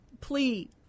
plea